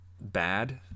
bad